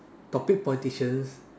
topic politicians